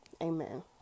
Amen